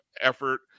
effort